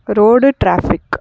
road traffic